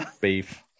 beef